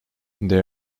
they